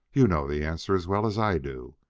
you know the answer as well as i do.